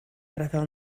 rhyfel